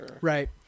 Right